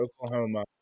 Oklahoma